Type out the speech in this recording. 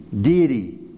deity